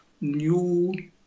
new